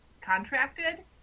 contracted